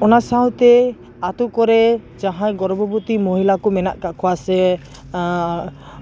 ᱚᱱᱟ ᱥᱟᱶᱛᱮ ᱟᱹᱛᱩ ᱠᱚᱨᱮ ᱡᱟᱦᱟᱭ ᱜᱚᱨᱵᱚᱵᱚᱛᱤ ᱢᱚᱦᱤᱞᱟ ᱠᱚ ᱢᱮᱱᱟᱜ ᱟᱠᱟᱫ ᱠᱚᱣᱟ ᱥᱮ